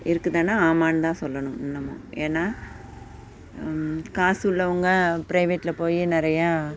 இருக்குதான்னா ஆமான்னு தான் சொல்லணும் இன்னுமும் ஏன்னால் காசு உள்ளவங்க பிரைவேட்டில் போய் நிறையா